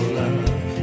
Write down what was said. love